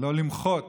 שלא למחות